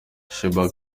sheebah